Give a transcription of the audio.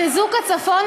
חיזוק הצפון,